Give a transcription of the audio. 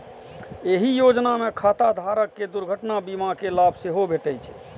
एहि योजना मे खाता धारक कें दुर्घटना बीमा के लाभ सेहो भेटै छै